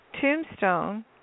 tombstone